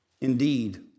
Indeed